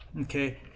okay